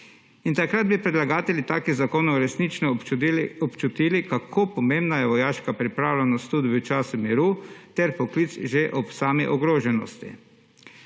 Takrat bi predlagatelji takih zakonov resnično občutili, kako pomembna je vojaška pripravljenost tudi v času miru ter vpoklic že ob sami ogroženosti.